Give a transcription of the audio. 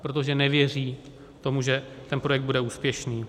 Protože nevěří tomu, že ten projekt bude úspěšný.